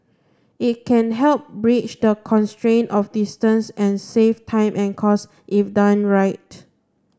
it can help bridge the constraints of distance and save time and costs if done right